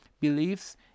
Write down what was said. beliefs